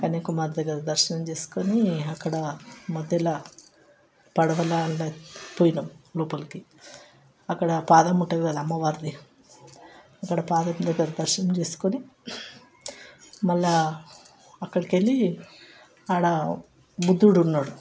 కన్యాకుమారి దగ్గర దర్శనం చేసుకుని అక్కడ మధ్యలో పడవలో అలా పోయినాం లోపలికి అక్కడ పాదం ఉంటుంది కదా అమ్మవారిది అక్కడ పాదం దగ్గర దర్శనం చేసుకుని మళ్ళా అక్కడికి వెళ్ళి ఆడ బుద్ధుడు ఉన్నాడు